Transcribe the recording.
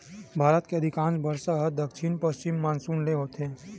भारत के अधिकांस बरसा ह दक्छिन पस्चिम मानसून ले होथे